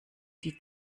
die